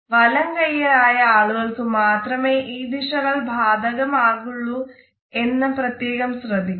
വലം കൈയ്യരായ ആളുകൾക്ക്മാത്രമേ ഈ ദിശകൾ ബാധകമുള്ളു എന്ന് പ്രത്യേകം ശ്രദ്ധിയ്ക്കുക